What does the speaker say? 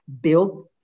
build